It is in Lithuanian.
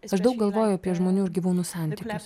aš daug galvoju apie žmonių ir gyvūnų santykius